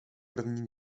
první